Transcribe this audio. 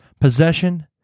possession